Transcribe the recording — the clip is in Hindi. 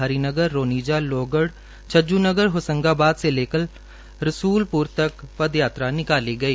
हरि नगर रोनिजा लोहगढ़ छज्जूनगर होसंगाबाद से लेकर रसूलपुर तक पद यात्रा निकाली गई